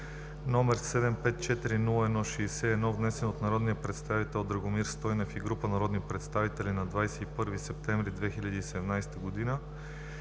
г.; № 754-01-61, внесен от народния представител Драгомир Стойнев и група народни представители на 21 септември 2017 г.,